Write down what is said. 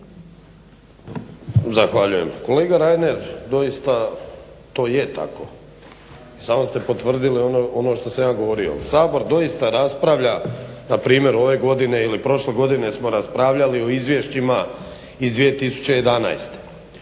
Zahvaljujem. Kolega Reiner doista to je tako. I sami ste potvrdili ono što sam ja govorio. Sabor doista raspravlja npr. ove godine ili prošle godine smo raspravljali o izvješćima iz 2011.